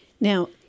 Now